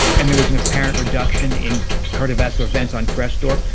and there was an apparent reduction in cardiovascular events on crestor.